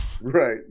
Right